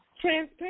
transparent